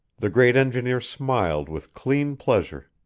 the great engineer smiled with clean pleasure.